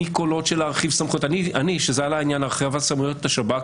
כאשר עלה עניין הרחבת סמכויות השב"כ,